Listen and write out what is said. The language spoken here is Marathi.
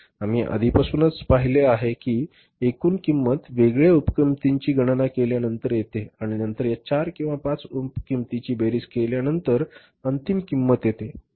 आम्ही आधीपासूनच पाहिले आहे की एकूण किंमत वेगळ्या उप किंमतीची गणना केल्यावर येते आणि नंतर या 4 किंवा 5 उप किंमतींची बेरीज केल्यानंतर अंतिम किंमत येते